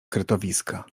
kretowiska